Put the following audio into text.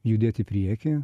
judėt į priekį